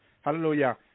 Hallelujah